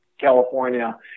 California